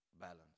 balance